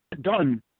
done